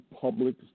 public